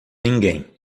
ninguém